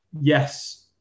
Yes